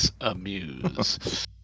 amuse